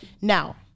Now